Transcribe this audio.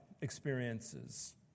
experiences